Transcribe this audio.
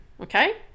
okay